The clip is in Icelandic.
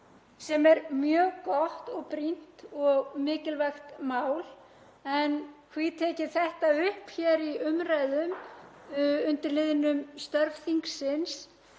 sem er mjög gott og brýnt og mikilvægt mál. En hví tek ég þetta upp hér í umræðum undir liðnum störf þingsins?